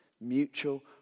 mutual